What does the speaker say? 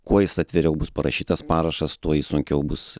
kuo jis atviriau bus parašytas parašas tuo jį sunkiau bus